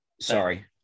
Sorry